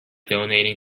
donating